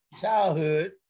childhood